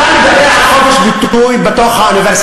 אתה מדבר על חופש ביטוי באוניברסיטה.